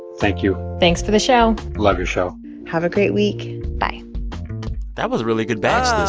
thank you thanks for the show love your show have a great week bye that was a really good batch this